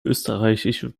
österreichische